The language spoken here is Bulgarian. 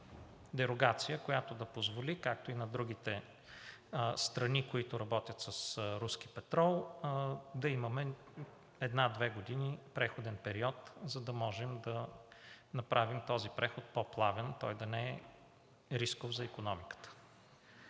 която да позволи, както и на другите страни, които работят с руски петрол, да имаме една-две години преходен период, за да можем да направим този преход по-плавен, той да не е рисков за икономиката.